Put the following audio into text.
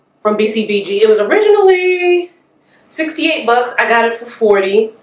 from bcbg it was originally sixty eight bucks. i got it for forty.